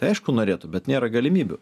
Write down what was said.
tai aišku norėtų bet nėra galimybių